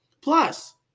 Plus